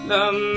Love